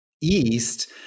east